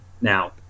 now